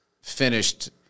finished